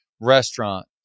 restaurant